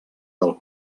del